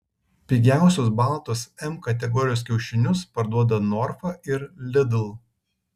pigiausius baltus m kategorijos kiaušinius parduoda norfa ir lidl